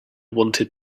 wanted